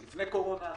לפני הקורונה,